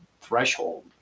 threshold